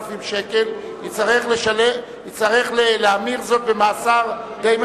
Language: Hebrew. שקל יצטרך להמיר זאת במאסר די ממושך.